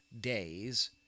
days